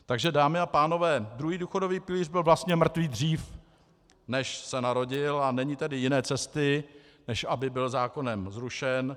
Takže dámy a pánové, druhý důchodový pilíř byl vlastně mrtvý dříve, než se narodil, a není tedy jiné cesty, než aby byl zákonem zrušen.